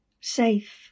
Safe